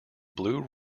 blue